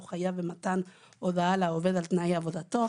הוא חייב במתן הודעה לעובד על תנאי עבודתו.